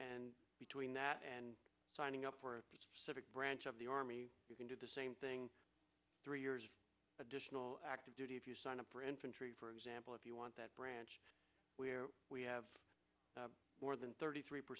and between that and signing up for a civic branch of the army you can do the same thing three years of additional active duty if you sign up for infantry for example if you want that branch where we have more than thirty three